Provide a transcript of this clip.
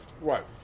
Right